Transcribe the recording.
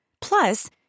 Plus